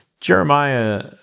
Jeremiah